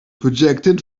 projected